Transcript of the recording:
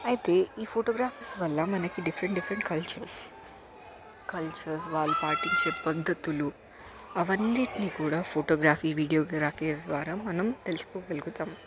అయితే ఈ ఫోటోగ్రాఫ్స్ వల్ల మనకి డిఫరెంట్ డిఫరెంట్ కల్చర్స్ కల్చర్స్ వాళ్ళు పాటించే పద్ధతులు అవన్నింటినీ కూడా ఫోటోగ్రఫీ వీడియోగ్రఫీల ద్వారా మనం తెలుసుకోగలుగుతాము